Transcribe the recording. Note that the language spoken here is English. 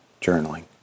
journaling